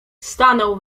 stanął